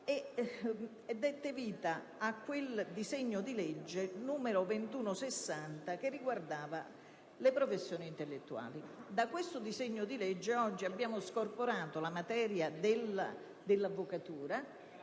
dette vita al disegno di legge n. 2160 che riguardava le professioni intellettuali. Da quel disegno di legge noi abbiamo oggi scorporato la materia dell'avvocatura;